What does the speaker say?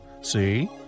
See